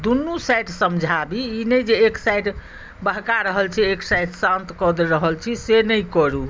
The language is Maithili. दुनू साइड समझाबी ई नहि जे एक साइड बहका रहल छी एक साइड शान्त कऽ रहल छी से नहि करू